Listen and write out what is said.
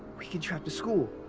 we can trap the school.